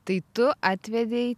tai tu atvedei